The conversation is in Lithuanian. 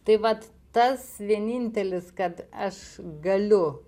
tai vat tas vienintelis kad aš galiu